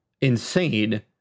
insane